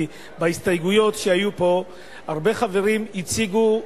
כי בהסתייגויות שהיו פה הרבה חברים הציגו,